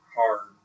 hard